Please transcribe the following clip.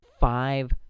five